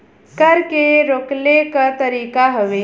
कर के रोकले क तरीका हउवे